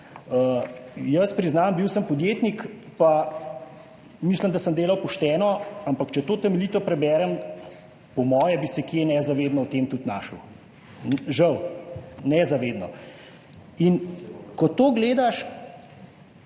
Jaz priznam, bil sem podjetnik, mislim, da sem delal pošteno, ampak če to temeljito preberem, po moje bi se kje nezavedno tudi našel v tem, žal, nezavedno. Ko to gledaš,